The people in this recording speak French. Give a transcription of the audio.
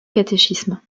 catéchisme